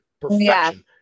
perfection